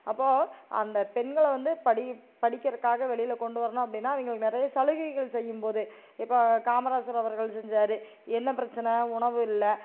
அப்போது அந்த பெண்களை வந்து படி படிக்கிறதுக்காக வெளியில் கொண்டு வரணும் அப்படின்னா அவங்களுக்கு நிறைய சலுகைகள் செய்யும்போது இப்போ காமராசர் அவர்கள் செஞ்சார் என்ன பிரச்சனை உணவு இல்லை